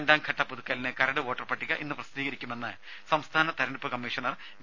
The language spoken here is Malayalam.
രണ്ടാംഘട്ട പുതുക്കലിന് കരട് വോട്ടർപട്ടിക ഇന്ന് പ്രസിദ്ധീകരിക്കുമെന്ന് സംസ്ഥാന തെരഞ്ഞെടുപ്പ് കമ്മീഷണർ വി